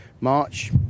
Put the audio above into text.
March